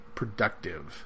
productive